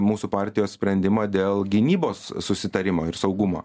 mūsų partijos sprendimą dėl gynybos susitarimo ir saugumo